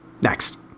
Next